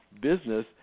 business